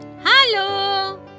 Hello